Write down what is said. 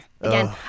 again